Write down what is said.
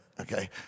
Okay